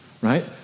right